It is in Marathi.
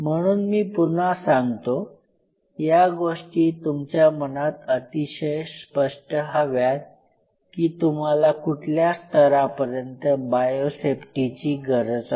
म्हणून मी पुन्हा सांगतो या गोष्टी तुमच्या मनात अतिशय स्पष्ट हव्यात की तुम्हाला कुठल्या स्तरापर्यंत बायोसेफ्टी ची गरज आहे